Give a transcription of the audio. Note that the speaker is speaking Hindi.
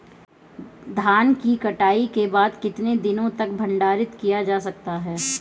धान की कटाई के बाद कितने दिनों तक भंडारित किया जा सकता है?